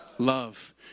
love